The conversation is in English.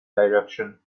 direction